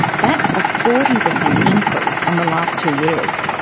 that's a forty percent increase on the last two years.